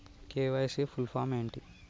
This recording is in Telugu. కే.వై.సీ ఫుల్ ఫామ్ ఏంటి?